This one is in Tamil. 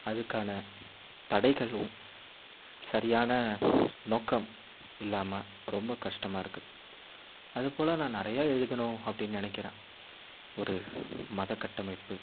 அதுக்கான தடைகளும் சரியான நோக்கம் இல்லாமல் ரொம்ப கஷ்டமாக இருக்குது அதுப்போல் நான் நிறையா எழுதணும் அப்படின் நினைக்கிறேன் ஒரு மதக்கட்டமைப்பு